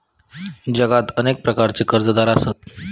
जगात अनेक प्रकारचे कर्जदार आसत